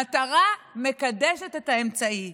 המטרה מקדשת את האמצעי.